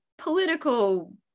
Political